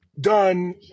done